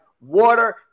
water